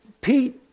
Pete